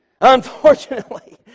unfortunately